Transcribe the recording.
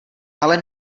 ale